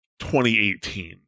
2018